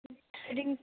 threading